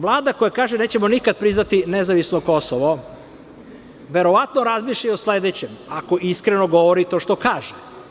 Vlada koja kaže – nećemo nikad priznati nezavisno Kosovo, verovatno razmišlja i o sledećem, ako iskreno govori to što kaže.